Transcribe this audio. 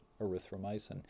erythromycin